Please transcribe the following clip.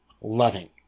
loving